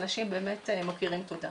אנשים באמת מוקירים תודה.